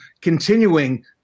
continuing